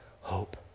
hope